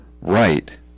Right